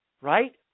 right